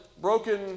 broken